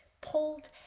pulled